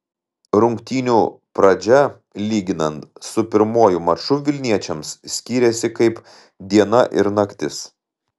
rungtynių pradžia lyginant su pirmuoju maču vilniečiams skyrėsi kaip diena ir naktis